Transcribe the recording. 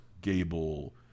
Gable